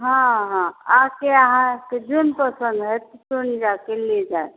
हँ हँ आके अहाँके जौन पसन्द हैत तौन आ कऽ लऽ जायब